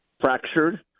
fractured